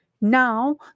Now